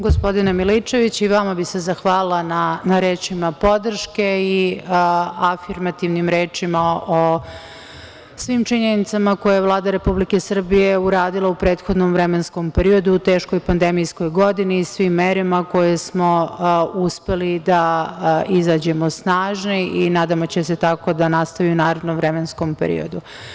Gospodine Miličeviću, i vama bih se zahvalila na rečima podrške i afirmativnim rečima o svim činjenicama koje Vlada Republike Srbije je uradila u prethodnom vremenskom periodu u teškoj pandemijskoj godini i svim merama kojima smo uspeli da izađemo snažni i nadamo se da će tako da nastavi u narednom vremenskom periodu.